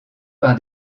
par